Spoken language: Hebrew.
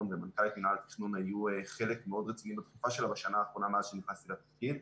ומנכ"לית מנהל התכנון היו חלק מאוד רציני בשנה אחרונה מאז שנכנסתי לתפקיד.